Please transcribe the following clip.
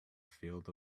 field